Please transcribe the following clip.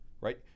right